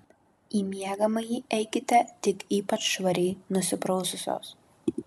į miegamąjį eikite tik ypač švariai nusipraususios